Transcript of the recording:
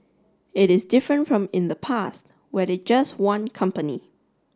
it is different from in the past where they just want company